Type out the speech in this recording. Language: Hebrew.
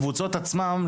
הקבוצות עצמן,